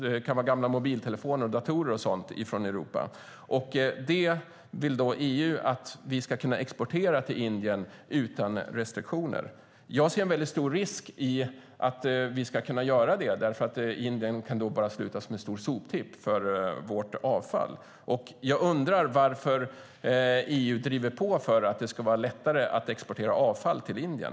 Det kan vara gamla mobiltelefoner, datorer och liknande från Europa. Det vill EU att vi ska kunna exportera till Indien utan restriktioner. Jag ser en väldigt stor risk i att vi ska kunna göra det, eftersom Indien då kan sluta som en stor soptipp för vårt avfall. Jag undrar varför EU driver på för att det ska vara lättare att exportera avfall till Indien.